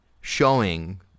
showing